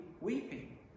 weeping